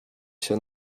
się